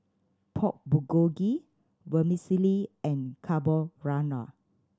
Pork Bulgogi Vermicelli and Carbonara